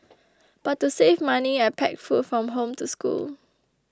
but to save money I packed food from home to school